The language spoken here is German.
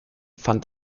fand